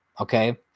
Okay